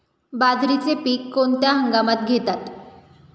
बाजरीचे पीक कोणत्या हंगामात घेतात?